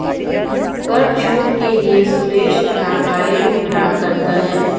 कर छूट के लिए सुरेश अनाथालय में दान करता है